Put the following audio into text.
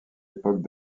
époque